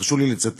תרשו לי לצטט